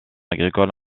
agricole